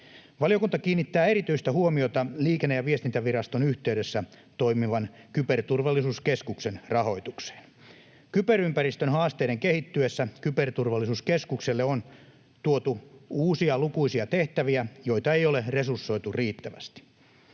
Valiokunta kiinnittää erityistä huomiota Liikenne‑ ja viestintäviraston yhteydessä toimivan Kyberturvallisuuskeskuksen rahoitukseen. Kyberympäristön haasteiden kehittyessä Kyberturvallisuuskeskukselle on tuotu lukuisia uusia tehtäviä, joita ei ole resursoitu riittävästi.